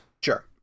Sure